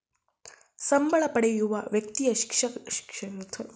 ಸಂಬಳ ಪಡೆಯುವ ವ್ಯಕ್ತಿಯು ಶಿಕ್ಷಣ ಸಾಲಕ್ಕೆ ಅರ್ಜಿ ಸಲ್ಲಿಸಬಹುದೇ?